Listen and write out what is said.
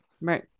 Right